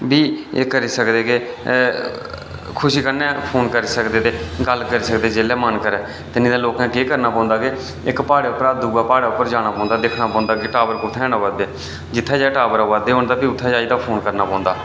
बी एह् करी सकदे की खुशी कन्नै फोन करी सकदे ते गल्ल करी सकदे जेल्लै मन करै ते नेईं तां लोकें केह् करना पौंदा के इक प्हाड़े उप्परा दूए प्हाड़े उप्पर जाना पौंदा दिक्खना पौंदा कि टॉवर कुत्थै न आवै दे जित्थै टॉवर आवै दे होन ते भी उत्थै जाइयै फोन करना पौंदा